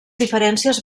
diferències